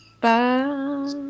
Bye